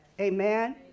Amen